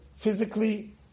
physically